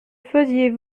faisiez